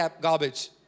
garbage